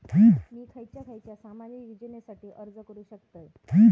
मी खयच्या खयच्या सामाजिक योजनेसाठी अर्ज करू शकतय?